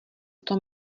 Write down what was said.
tom